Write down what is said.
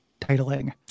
titling